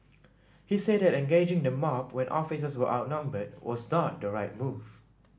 he said that engaging the mob when officers were outnumbered was not the right move